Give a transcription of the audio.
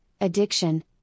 addiction